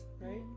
right